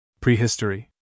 Prehistory